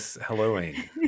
helloing